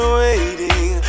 waiting